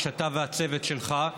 אתה והצוות שלך?